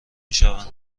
میشوند